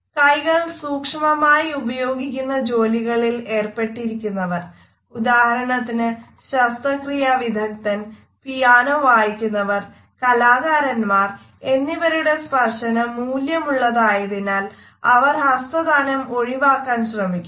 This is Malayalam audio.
കൈകൾ സൂക്ഷ്മമമായി ഉപയോഗിക്കുന്ന ജോലികളിൽ ഏർപെട്ടിരിക്കുന്നവർ ഉദാഹരണത്തിന് ശസ്ത്രക്രിയ വിദഗ്ദ്ധൻ പിയാനോ വായിക്കുന്നവർ കലാകാരൻമാർ എന്നിവരുടെ സ്പർശനം മൂല്യമുള്ളതായതിനാൽ അവർ ഹസ്തദാനം ഒഴിവാക്കാൻ ശ്രമിക്കുന്നു